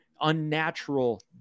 Unnatural